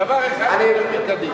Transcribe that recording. דבר אחד יותר מאשר קדימה.